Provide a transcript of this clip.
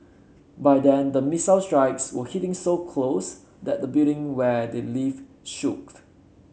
by then the missile strikes were hitting so close that the building where they live shook